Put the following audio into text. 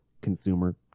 consumer